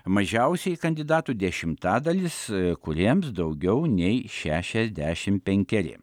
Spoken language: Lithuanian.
mažiausiai kandidatų dešimtadalis kuriems daugiau nei šešiasdešim penkeri